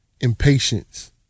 impatience